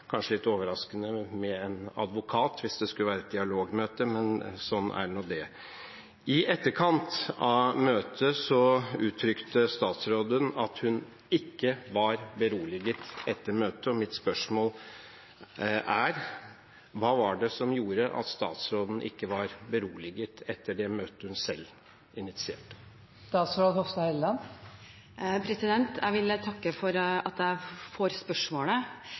kanskje litt overraskende med en advokat hvis det skulle være et dialogmøte, men sånn er nå det. I etterkant av møtet uttrykte statsråden at hun ikke var beroliget, og mitt spørsmål er: Hva var det som gjorde at statsråden ikke var beroliget etter det møtet hun selv initierte? Jeg vil først og fremst takke Kristelig Folkeparti for at jeg får spørsmålet,